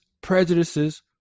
prejudices